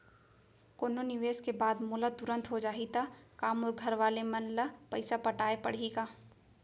कोनो निवेश के बाद मोला तुरंत हो जाही ता का मोर घरवाले मन ला पइसा पटाय पड़ही का?